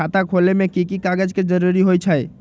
खाता खोले में कि की कागज के जरूरी होई छइ?